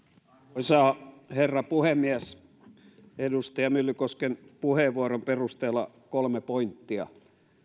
arvoisa herra puhemies edustaja myllykosken puheenvuoron perusteella kolme pointtia